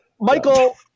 Michael